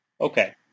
Okay